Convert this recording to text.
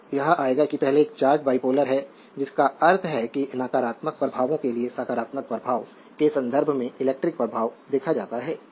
तो यह आएगा कि पहले एक चार्ज बाइपोलर है जिसका अर्थ है कि नकारात्मक प्रभावों के लिए सकारात्मक प्रभाव के संदर्भ में इलेक्ट्रिक प्रभाव देखा जाता है